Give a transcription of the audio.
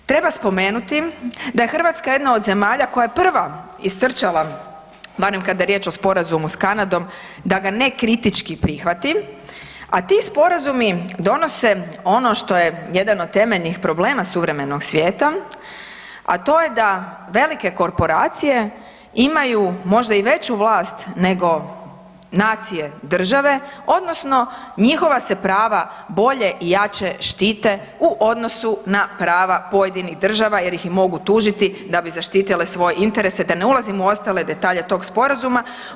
Treba spomenuti da je Hrvatska jedna od zemalja koja je prva istrčala, barem kada je riječ o sporazumu s Kanadom da ga ne kritički prihvatim, a ti sporazumi donose ono što je jedan od temeljnih problema suvremenog svijeta, a to je da velike korporacije imaju možda i veću vlast nego nacije, države, odnosno njihova se prava bolje i jače štite u odnosu na prava pojedinih država, jer ih i mogu tužiti da bi zaštitile svoje interese, da ne ulazim u ostale detalje tog sporazuma.